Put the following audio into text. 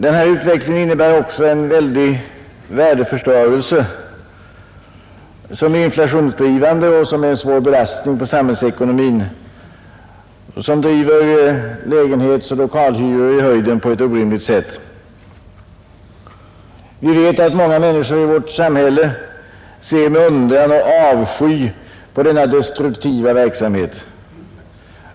Den här utvecklingen innebär också en väldig värdeförstörelse, som är inflationsdrivande och som är en svår belastning på samhällsekonomin och som driver lägenhetsoch lokalhyror i höjden på ett orimligt sätt. Vi vet att många människor i vårt samhälle ser med undran och avsky på denna destruktiva verksamhet.